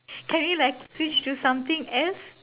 can you like switch to something else